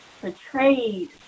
portrayed